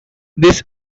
this